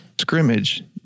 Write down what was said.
scrimmage